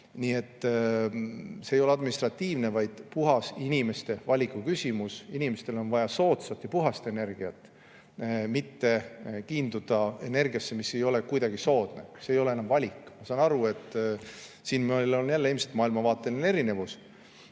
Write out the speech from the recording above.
Nii et see ei ole administratiivne valik, vaid puhas inimeste valiku küsimus. Inimestel on vaja soodsat, puhast energiat, ei ole vaja kiinduda energiasse, mis ei ole kuidagi soodne. See ei ole enam valik. Ma saan aru, et siin on meil jälle ilmselt maailmavaateline erinevus. Üldiselt